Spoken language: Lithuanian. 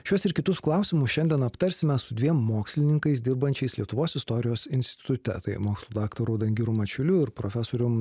šiuos ir kitus klausimus šiandien aptarsime su dviem mokslininkais dirbančiais lietuvos istorijos institute tai mokslų daktaru dangiru mačiuliu ir profesorium